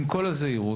עם כל הזהירות,